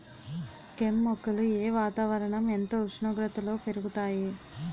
కెమ్ మొక్కలు ఏ వాతావరణం ఎంత ఉష్ణోగ్రతలో పెరుగుతాయి?